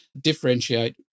differentiate